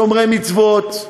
שומרי מצוות,